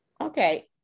Okay